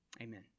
Amen